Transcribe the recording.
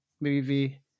movie